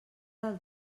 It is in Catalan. del